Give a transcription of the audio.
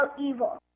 evil